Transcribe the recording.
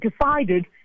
decided